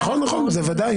נכון, בוודאי.